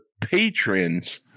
patrons